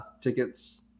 tickets